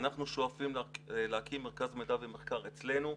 אנחנו שואפים להקים מרכז מידע ומחקר אצלנו.